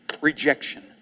Rejection